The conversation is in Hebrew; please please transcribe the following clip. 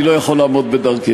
אני לא יכול לעמוד בדרכך.